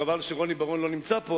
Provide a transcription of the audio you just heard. וחבל שרוני בר-און לא נמצא פה,